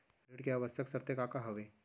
ऋण के आवश्यक शर्तें का का हवे?